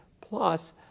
plus